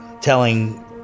telling